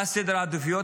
מה סדר העדיפויות?